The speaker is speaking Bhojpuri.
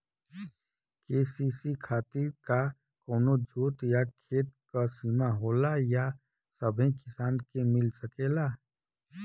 के.सी.सी खातिर का कवनो जोत या खेत क सिमा होला या सबही किसान के मिल सकेला?